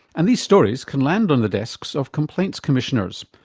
and these stories can land on the desks of complaints commissioners,